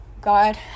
God